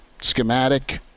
schematic